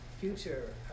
future